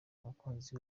umukunzi